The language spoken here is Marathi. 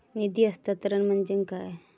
निधी हस्तांतरण म्हणजे काय?